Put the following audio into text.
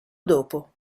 dopo